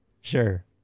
sure